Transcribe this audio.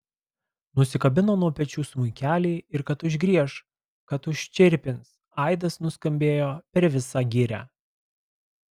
nusikabino nuo pečių smuikelį ir kad užgrieš kad užčirpins aidas nuskambėjo per visą girią